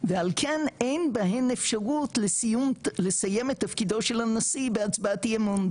ועל כן אין בהן אפשרות לסיים את תפקידו של הנשיא בהצבעת אי אמון,